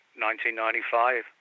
1995